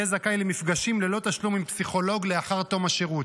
יהיה זכאי למפגשים ללא תשלום עם פסיכולוג לאחר תום השירות.